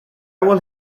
will